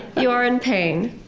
you are in pain.